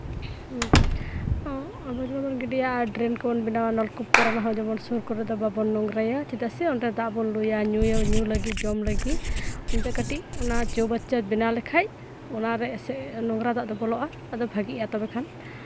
ᱟᱵᱚᱨᱡᱚᱱᱟ ᱠᱚᱵᱚᱱ ᱜᱤᱰᱤᱭᱟ ᱟᱨ ᱰᱨᱮᱱ ᱠᱚᱵᱚᱱ ᱵᱮᱱᱟᱣᱟ ᱱᱚᱞᱠᱩᱯ ᱠᱚᱨᱮ ᱦᱚᱸ ᱡᱮᱢᱚᱱ ᱥᱩᱨ ᱠᱚᱨᱮ ᱫᱚ ᱵᱟᱵᱚᱱ ᱱᱳᱝᱨᱟᱭᱟ ᱪᱮᱫᱟᱜ ᱥᱮ ᱚᱸᱰᱮ ᱫᱟᱜ ᱵᱚᱱ ᱧᱩᱭᱟ ᱞᱩ ᱞᱟᱹᱜᱤᱫ ᱡᱚᱢ ᱞᱟᱹᱜᱤᱫᱚᱱᱟᱛᱮ ᱠᱟᱹᱴᱤᱡ ᱪᱳ ᱵᱟᱪᱪᱷᱟ ᱵᱮᱱᱟᱣ ᱞᱮᱠᱷᱟᱡ ᱚᱱᱟᱨᱮ ᱱᱳᱝᱨᱟ ᱫᱟᱜ ᱫᱚ ᱵᱚᱞᱚᱜᱼᱟ ᱟᱫᱚ ᱵᱷᱟᱜᱮᱜᱼᱟ ᱛᱚᱵᱮ ᱠᱷᱟᱱ